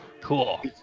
cool